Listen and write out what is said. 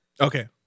Okay